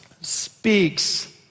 speaks